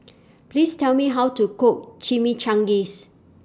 Please Tell Me How to Cook Chimichangas